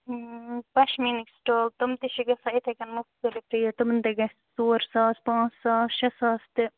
پَشمیٖنٕکۍ stall تِم تہِ چھِ گَژھان یِتھٕے کٔنۍ مُختلِف ریٹ تِمن تہِ گَژھِ ژور ساس پانٛژھ ساس شےٚ ساس تہِ